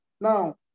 Now